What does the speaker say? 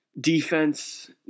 defense